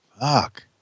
fuck